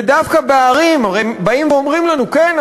ודווקא בערים הרי באים ואומרים לנו: כן,